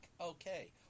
Okay